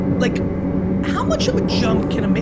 like how much of a jump can um a,